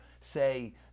say